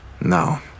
No